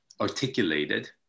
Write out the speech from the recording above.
articulated